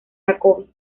jacobi